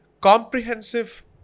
comprehensive